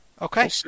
Okay